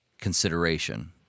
consideration